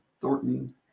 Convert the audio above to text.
Thornton